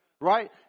right